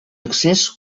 excés